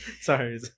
Sorry